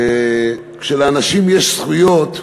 כשלאנשים יש זכויות,